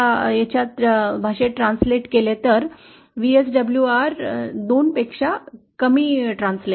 VSWRच्या दृष्टीने VSWR 2 पेक्षा कमी ट्रांसलेट होते